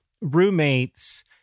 roommates